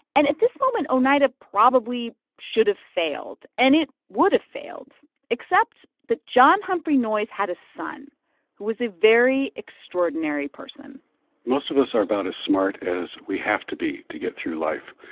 and at this moment, oneida probably should have failed. and it would have failed except that john humphrey noyes had a son who was a very extraordinary person most of us are about as smart as we have to be to get through life.